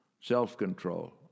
self-control